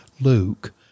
Luke